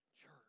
church